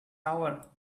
hour